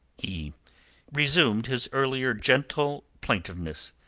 he resumed his earlier gentle plaintiveness.